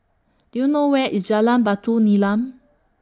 Do YOU know Where IS Jalan Batu Nilam